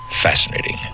fascinating